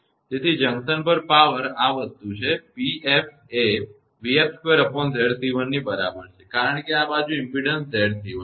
તેથી જંકશન પર પાવર આ વસ્તુ છે 𝑃𝑓 એ 𝑣𝑓2𝑍𝑐1 ની બરાબર છે કારણ કે આ બાજુ ઇમપેડન્સ 𝑍𝑐1 છે